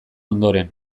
ondoren